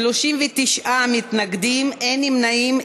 39 מתנגדים, אין נמנעים.